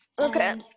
Okay